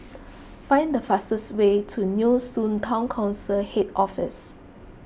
find the fastest way to Nee Soon Town Council Head Office